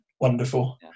wonderful